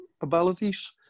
abilities